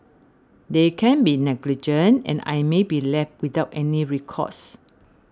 they can be negligent and I may be left without any recourse